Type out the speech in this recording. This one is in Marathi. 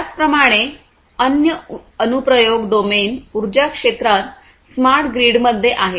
त्याचप्रमाणे अन्य अनुप्रयोग डोमेन उर्जा क्षेत्रात स्मार्ट ग्रिडमध्ये आहेत